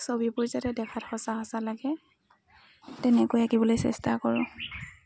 ছবিবোৰ যাতে দেখাত সঁচা সঁচা লাগে তেনেকৈ আঁকিবলৈ চেষ্টা কৰোঁ